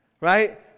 Right